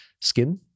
skin